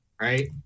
right